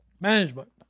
management